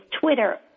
Twitter